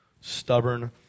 Stubborn